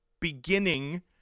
beginning